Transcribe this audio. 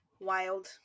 Wild